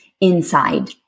inside